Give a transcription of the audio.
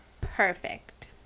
Perfect